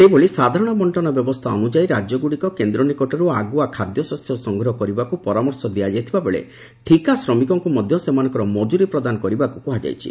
ସେହିଭଳି ସାଧାରଶ ବକ୍କନ ବ୍ୟବସ୍କା ଅନୁଯାୟୀ ରାକ୍ୟଗୁଡ଼ିକ କେନ୍ଦ୍ର ନିକଟରୁ ଆଗୁଆ ଖାଦ୍ୟଶସ୍ୟ ସଂଗ୍ରହ କରିବାକୁ ପରାମର୍ଶ ଦିଆଯାଇଥିବା ବେଳେ ଠିକା ଶ୍ରମିକଙ୍କୁ ମଧ ସେମାନଙ୍କର ମଜୁରୀ ପ୍ରଦାନ କରିବାକୁ କୁହାଯାଇଛି